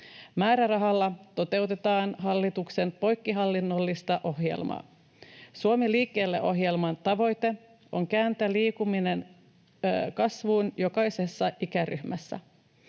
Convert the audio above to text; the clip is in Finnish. Määrärahalla toteutetaan hallituksen poikkihallinnollista ohjelmaa. Suomi liikkeelle ‑ohjelman tavoite on kääntää liikkuminen kasvuun jokaisessa ikäryhmässä.